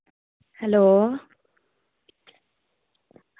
hello